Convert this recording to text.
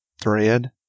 thread